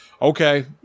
Okay